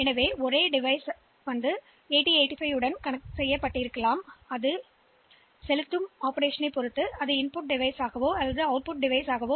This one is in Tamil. எனவே அவை ஒரே சாதனத்துடன் இணைக்கப்படலாம் மற்றும் குறிப்பு நேரம் 0345 இது ஒரு உள்ளீட்டு செயல்பாடு அல்லது வெளியீட்டு செயல்பாடு என்பதை கண்டுபிடிப்பது அந்த சாதனத்தின் பொறுப்பாகும்